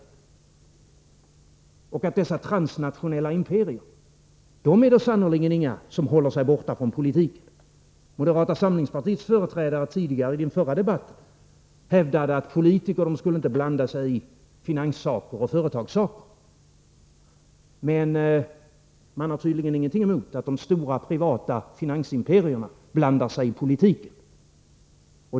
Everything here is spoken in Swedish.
Och dessa transnationella imperier är sannerligen inga som håller sig borta från politiken. Moderata samlingspartiets företrädare hävdade i föregående debatt att politiker inte skulle blanda sig i finanssaker och företagssaker. Men moderaterna har tydligen ingenting emot att de stora privata finansimperierna blandar sig i politiken.